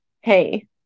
hey